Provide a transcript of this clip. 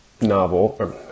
novel